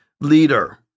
leader